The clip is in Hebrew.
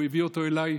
והוא הביא אותו אליי,